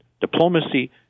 diplomacy